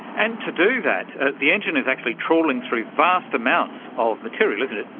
and to do that, the engine is actually trawling through vast amounts of material, isn't it?